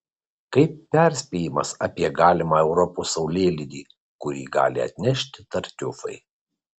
kaip perspėjimas apie galimą europos saulėlydį kurį gali atnešti tartiufai